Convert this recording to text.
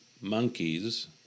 monkeys